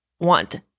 want